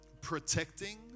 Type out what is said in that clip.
protecting